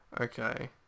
Okay